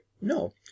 No